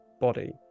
body